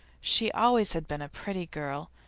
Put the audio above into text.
she always had been a pretty girl,